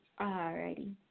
Alrighty